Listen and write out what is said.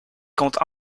compte